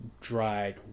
dried